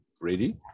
ready